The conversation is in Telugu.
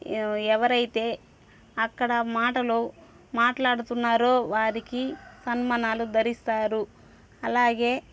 ఎవరైతే అక్కడ మాటలు మాట్లాడుతున్నారో వారికి సన్మానాలు ధరిస్తారు అలాగే